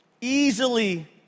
easily